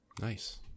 Nice